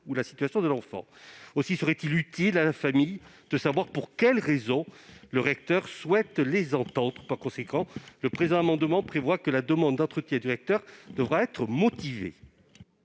sur la situation de l'enfant. Aussi serait-il utile que la famille sache pour quelles raisons le recteur souhaite les entendre. Par conséquent, le présent amendement tend à prévoir que la demande d'entretien du recteur devra être motivée.